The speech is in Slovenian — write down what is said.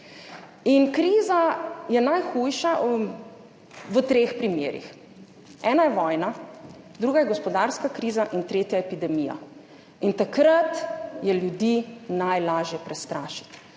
Kriza je najhujša v treh primerih, ena je vojna, druga je gospodarska kriza in tretja epidemija. Takrat je ljudi najlažje prestrašiti